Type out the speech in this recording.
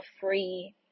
free